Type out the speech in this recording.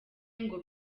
ngo